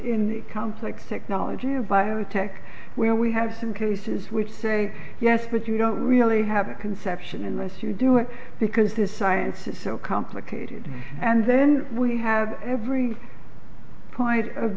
conflicts technology biotech where we have some cases which say yes but you don't really have a conception unless you do it because the science is so complicated and then we have every point of